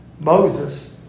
Moses